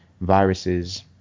viruses